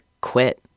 quit